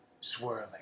Swirling